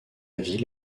ville